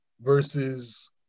versus